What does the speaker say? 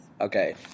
Okay